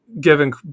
given